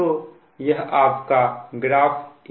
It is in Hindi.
तो यह आपका ग्राफ A है